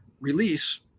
release